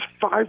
five